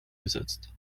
gesetzt